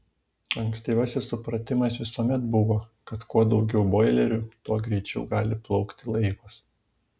ankstyvasis supratimas visuomet buvo kad kuo daugiau boilerių tuo greičiau gali plaukti laivas